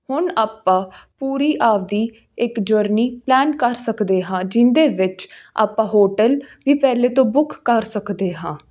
ਹੁਣ ਆਪਾਂ ਪੂਰੀ ਆਪਣੀ ਇੱਕ ਜਰਨੀ ਪਲੈਨ ਕਰ ਸਕਦੇ ਹਾਂ ਜਿਹਦੇ ਵਿੱਚ ਆਪਾਂ ਹੋਟਲ ਵੀ ਪਹਿਲਾਂ ਤੋਂ ਬੁੱਕ ਕਰ ਸਕਦੇ ਹਾਂ